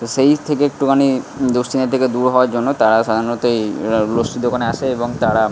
তো সেই থেকে একটুখানি দুশ্চিন্তা থেকে দূর হওয়ার জন্য তারা সাধারণত এই লস্যির দোকানে আসে এবং তারা